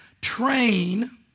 train